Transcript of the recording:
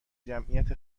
جمعیت